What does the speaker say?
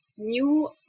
new